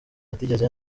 atigeze